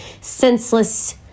senseless